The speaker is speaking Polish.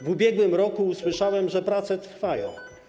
W ubiegłym roku usłyszałem, że prace trwają.